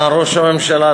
ראש הממשלה,